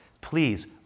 please